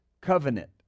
covenant